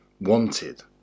wanted